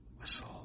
Whistle